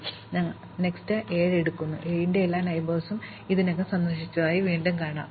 തുടർന്ന് ഞങ്ങൾ 7 എടുക്കുന്നു 7 ന്റെ എല്ലാ അയൽവാസികളും ഇതിനകം സന്ദർശിച്ചതായി വീണ്ടും കാണാം